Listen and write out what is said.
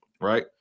Right